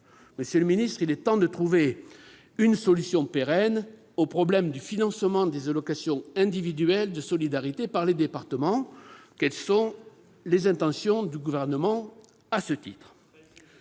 Monsieur le ministre, il est temps de trouver une solution pérenne au problème du financement des allocations individuelles de solidarité par les départements. Très juste ! Quelles sont les intentions du Gouvernement à ce titre ?